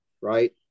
right